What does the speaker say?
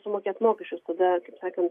sumokėt mokesčius tada sakant